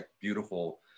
beautiful